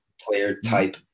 player-type